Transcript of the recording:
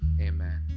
amen